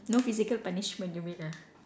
no physical punishment you mean ah